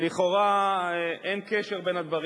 לכאורה אין קשר בין הדברים,